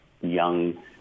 young